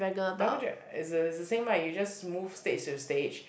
double dra~ is the is the same right you just move stage to stage